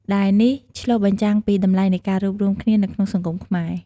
ដែលនេះឆ្លុះបញ្ចាំងពីតម្លៃនៃការរួបរួមគ្នានៅក្នុងសង្គមខ្មែរ។